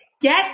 Get